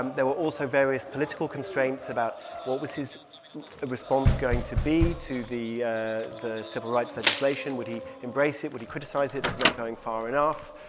um there were also various political constraints about what was his response going to be to the ah the civil rights legislation. would he embrace it? would he criticize it? is he not going far enough?